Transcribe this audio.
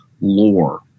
lore